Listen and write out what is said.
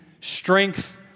strength